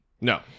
No